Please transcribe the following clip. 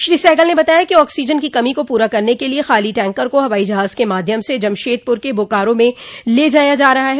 श्री सहगल ने बताया कि ऑक्सीजन की कमी को पूरा करने के लिये खाली टैंकर को हवाई जहाज के माध्यम से जमशेदपुर के बोकारों में ले जाया जा रहा है